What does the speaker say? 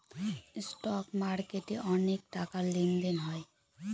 stock মার্কেটে অনেক টাকার লেনদেন হয়